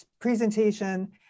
presentation